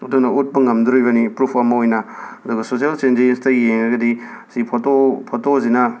ꯑꯗꯨꯅ ꯎꯠꯄ ꯉꯝꯗꯣꯔꯤꯕꯅꯤ ꯄ꯭ꯔꯨꯐ ꯑꯃ ꯑꯣꯏꯅ ꯑꯗꯨꯒ ꯁꯣꯁꯦꯜ ꯆꯦꯟꯖꯦꯁꯇ ꯌꯦꯡꯉꯒꯗꯤ ꯁꯤ ꯐꯣꯇꯣ ꯐꯣꯇꯣꯁꯤꯅ